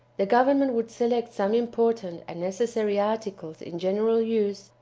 the government would select some important and necessary articles in general use,